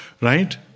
Right